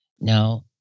Now